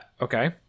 Okay